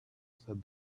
said